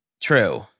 True